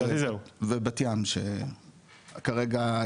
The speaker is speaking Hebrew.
ובת ים שכרגע,